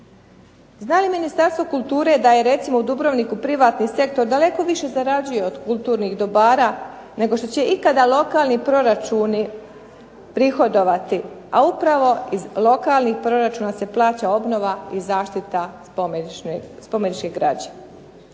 Zna li Ministarstvo kulture da je recimo u Dubrovniku privatni sektor daleko više zaradio od kulturnih dobara nego što će ikada lokalni proračuni prihodovati, a upravo iz lokalnih proračuna se plaća obnova i zaštita spomeničke građe.